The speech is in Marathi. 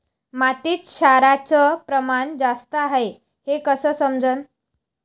मातीत क्षाराचं प्रमान जास्त हाये हे कस समजन?